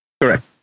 Correct